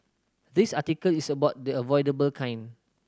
this article is about the avoidable kind